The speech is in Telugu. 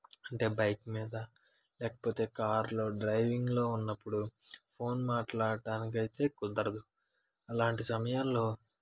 అంటే బైక్ మీద లేకపోతే కారులో డ్రైవింగ్లో ఉన్నప్పుడు ఫోన్ మాట్లాడడానికైతే కుదరదు అలాంటి సమయంలో